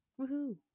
Woohoo